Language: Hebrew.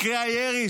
מקרי הירי,